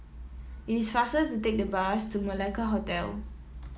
it is faster to take the bus to Malacca Hotel